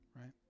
right